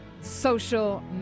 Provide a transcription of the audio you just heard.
social